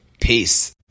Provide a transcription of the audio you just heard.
Peace